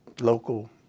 local